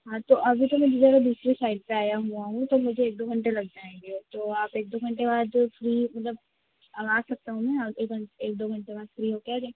हाँ तो अभी तो मैं ज़रा दूसरी साइड पर आया हुआ हूँ तो मुझे एक दो घंटे लग जाएँगे तो आप एक दो घंटे बाद फ़्री मतलब अब आ सकता हूँ मैं एक एक दो घंटे बाद फ़्री होकर आ जाएं